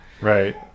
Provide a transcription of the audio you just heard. right